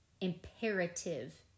imperative